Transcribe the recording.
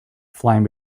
flying